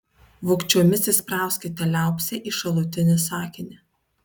vogčiomis įsprauskite liaupsę į šalutinį sakinį